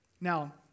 Now